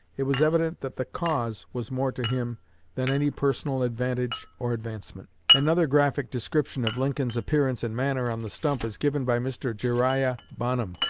it was evident that the cause was more to him than any personal advantage or advancement. another graphic description of lincoln's appearance and manner on the stump is given by mr. jeriah bonham,